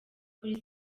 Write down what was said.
kuri